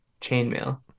chainmail